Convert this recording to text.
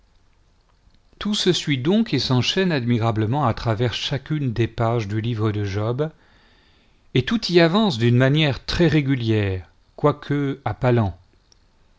tout se suit donc et s'enchaîne admirablement à travers chacune des pages du livre de job et tout y avance d'une manière très régulière quoique à pas